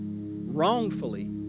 wrongfully